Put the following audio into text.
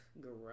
gross